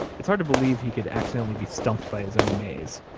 it's hard to believe he could accidentally be stumped by his own maze.